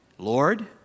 Lord